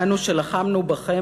אנו שלחמנו בכם,